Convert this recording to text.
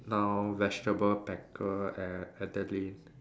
now vegetable packer at Adelaide